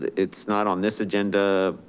it's not on this agenda.